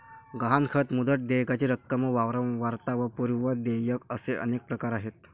गहाणखत, मुदत, देयकाची रक्कम व वारंवारता व पूर्व देयक असे अनेक प्रकार आहेत